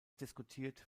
diskutiert